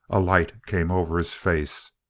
a light came over his face.